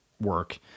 work